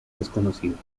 desconocidas